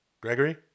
Gregory